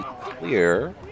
clear